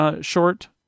short